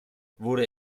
wurde